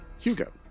Hugo